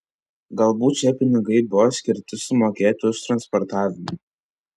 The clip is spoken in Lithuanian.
galbūt šie pinigai buvo skirti sumokėti už transportavimą